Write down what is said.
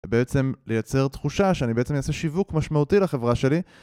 ובעצם לייצר תחושה שאני בעצם אעשה שיווק משמעותי לחברה שלי